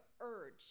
urge